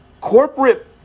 Corporate